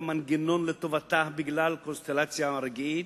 המנגנון לטובתה בגלל קונסטלציה רגעית,